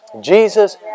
Jesus